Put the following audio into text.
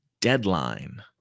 Deadline